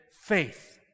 faith